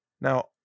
Now